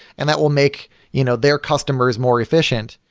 and that will make you know their customers more efficient.